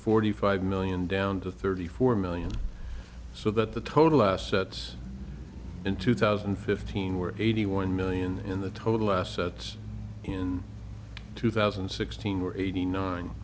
forty five million down to thirty four million so that the total assets in two thousand and fifteen were eighty one million in the total assets in two thousand and sixteen were eighty nine